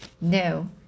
No